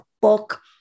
book